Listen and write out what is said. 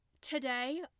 Today